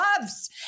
loves